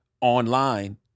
online